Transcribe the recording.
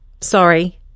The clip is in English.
Sorry